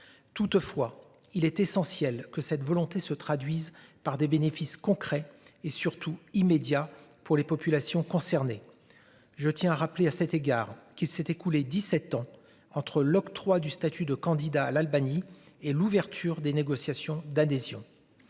Toutefois, il est essentiel que cette volonté se traduisent par des bénéfices concret et surtout immédiat pour les populations concernées. Je tiens à rappeler à cet égard qui s'est écoulé 17 ans entre l'octroi du statut de candidat à l'Albanie et l'ouverture des négociations d'adhésion.